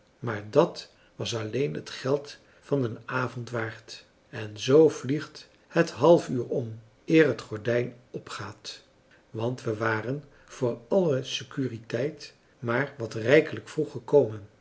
maar dat was alleen het geld van den avond waard en zoo vliegt het half uur om eer het gordijn opgaat want we waren voor alle securiteit maar wat rijkelijk vroeg